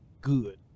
good